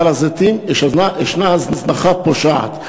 בהר-הזיתים יש הזנחה פושעת.